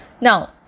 Now